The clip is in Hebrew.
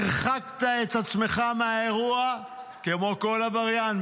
הרחקת את עצמך מהאירוע כמו כל עבריין,